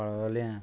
पाळोल्यां